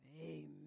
Amen